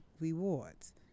rewards